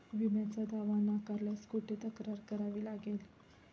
विम्याचा दावा नाकारल्यास कुठे तक्रार करावी लागेल?